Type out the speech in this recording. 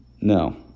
no